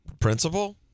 Principal